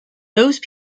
those